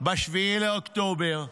ב-7 באוקטובר.